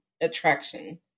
attraction